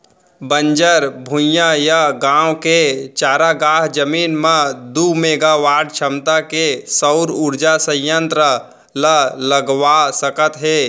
बंजर भुइंयाय गाँव के चारागाह जमीन म दू मेगावाट छमता के सउर उरजा संयत्र ल लगवा सकत हे